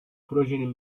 projenin